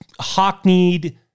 Hockneyed